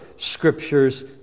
scriptures